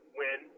win